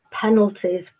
penalties